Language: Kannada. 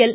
ಎಲ್